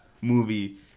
movie